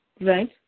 right